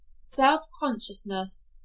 self-consciousness